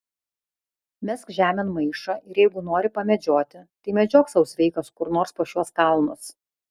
mesk žemėn maišą ir jeigu nori pamedžioti tai medžiok sau sveikas kur nors po šiuos kalnus